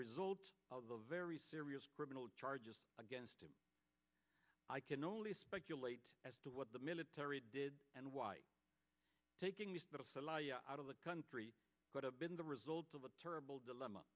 result of the very serious criminal charges against him i can only speculate as to what the military did and why taking them out of the country could have been the result of a terrible dilemma